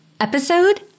episode